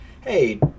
Hey